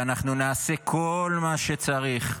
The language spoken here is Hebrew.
ואנחנו נעשה כל מה שצריך,